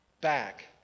back